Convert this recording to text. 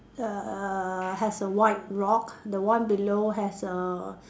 err has a white rock the one below has a